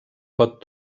pot